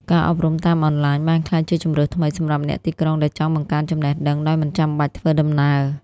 ការអប់រំតាមអនឡាញ បានក្លាយជាជម្រើសថ្មីសម្រាប់អ្នកទីក្រុងដែលចង់បង្កើនចំណេះដឹងដោយមិនចាំបាច់ធ្វើដំណើរ។